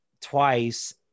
twice